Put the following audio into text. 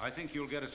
i think you'll get a